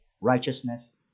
righteousness